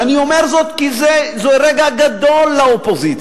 ואני אומר זאת כי זה רגע גדול לאופוזיציה.